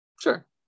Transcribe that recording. sure